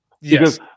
Yes